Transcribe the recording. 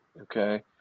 Okay